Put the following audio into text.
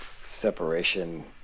separation